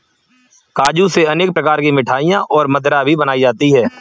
काजू से अनेक प्रकार की मिठाईयाँ और मदिरा भी बनाई जाती है